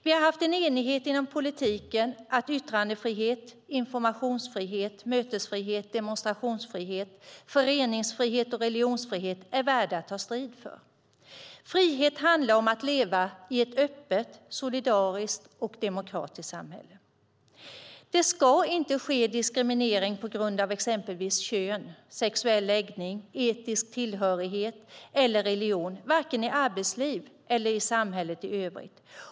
Vi har haft en enighet inom politiken om att yttrandefrihet, informationsfrihet, mötesfrihet, demonstrationsfrihet, föreningsfrihet och religionsfrihet är värda att ta strid för. Frihet handlar om att leva i ett öppet, solidariskt och demokratiskt samhälle. Det ska inte ske diskriminering på grund av exempelvis kön, sexuell läggning, etnisk tillhörighet eller religion vare sig i arbetslivet eller i samhället i övrigt.